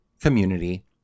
community